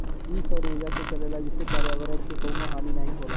इ सौर उर्जा से चलला जेसे पर्यावरण के कउनो हानि नाही होला